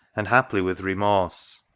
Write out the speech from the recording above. and haply with remorse.